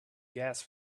gas